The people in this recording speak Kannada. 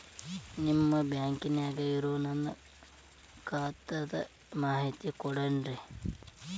ನಿಮ್ಮ ಬ್ಯಾಂಕನ್ಯಾಗ ಇರೊ ನನ್ನ ಖಾತಾದ ಮಾಹಿತಿ ಕೊಡ್ತೇರಿ?